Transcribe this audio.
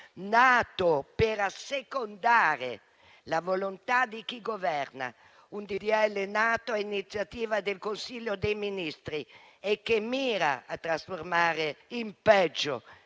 nato per assecondare la volontà di chi governa, un disegno di legge nato per iniziativa del Consiglio dei ministri, che mira a trasformare in peggio